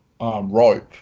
rope